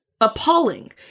appalling